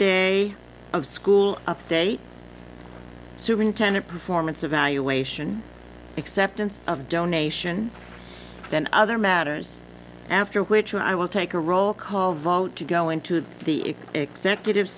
day of school update superintendent performance evaluation acceptance of donation then other matters after which i will take a roll call vote to go into the executive